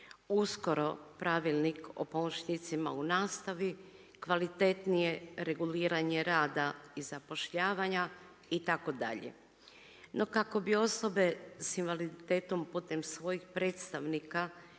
uskoro Pravilnik o pomoćnicima u nastavi, kvalitetnije reguliranje rada i zapošljavanja itd. No kako bi osobe s invaliditetom putem svojih predstavnika